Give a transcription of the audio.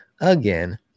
again